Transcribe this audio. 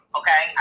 okay